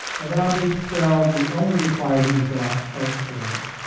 and then, on page twelve, we only require that you fill out part twelve.